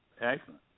Excellent